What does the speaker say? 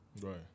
Right